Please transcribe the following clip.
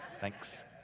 Thanks